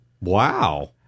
Wow